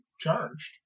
charged